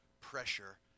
pressure